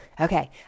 Okay